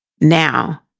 Now